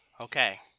okay